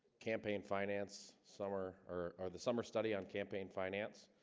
campaign-finance summer or the summer study on campaign finance.